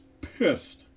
pissed